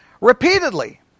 Repeatedly